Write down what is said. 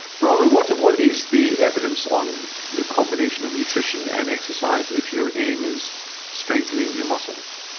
bronwyn, what what is the evidence on the combination of nutrition and exercise if your aim is strengthening your muscles?